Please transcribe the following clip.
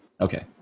okay